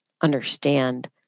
understand